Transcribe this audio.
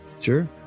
Sure